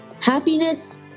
happiness